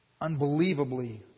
unbelievably